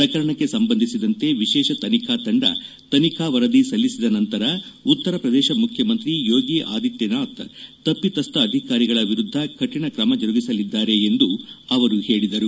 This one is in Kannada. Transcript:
ಪ್ರಕರಣಕ್ಕೆ ಸಂಬಂಧಿಸಿದಂತೆ ವಿಶೇಷ ತನಿಖಾ ತಂಡ ತನಿಖಾ ವರದಿ ಸಲ್ಲಿಸಿದ ನಂತರ ಉತ್ತರ ಪ್ರದೇಶ ಮುಖ್ಯಮಂತ್ರಿ ಯೋಗಿ ಆದಿತ್ವನಾಥ್ ತಪ್ಪಿತಸ್ವ ಅಧಿಕಾರಿಗಳ ವಿರುದ್ದ ಕಠಿಣ ಕ್ರಮ ಜರುಗಿಸಲಿದ್ದಾರೆ ಎಂದು ಅವರು ಹೇಳಿದರು